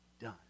done